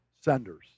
senders